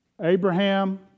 Abraham